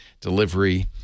Delivery